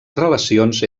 relacions